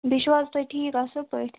بیٚیہِ چھُو حظ تُہۍ ٹھیٖک اَصٕل پٲٹھۍ